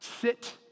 sit